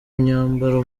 myambaro